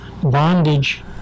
bondage